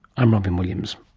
i'm robyn williams